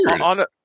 On